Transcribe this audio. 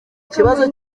ikibazo